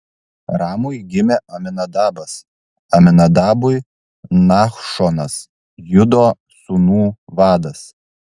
ramui gimė aminadabas aminadabui nachšonas judo sūnų vadas